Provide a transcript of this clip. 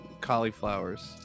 cauliflowers